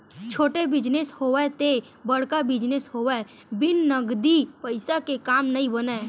छोटे बिजनेस होवय ते बड़का बिजनेस होवय बिन नगदी पइसा के काम नइ बनय